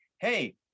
hey